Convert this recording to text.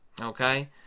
Okay